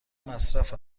مصرف